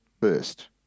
first